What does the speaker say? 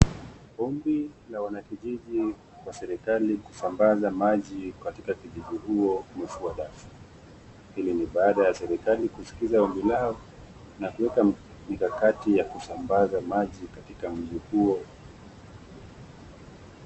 Ombi la wanakijiji kwa serikali kusambaza maji katika kijiji huo umefua dafu hili ni baada ya serikali kuskiza ombi lao na kueka mikakati ya kusambaza maji katika mji huo.